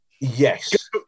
Yes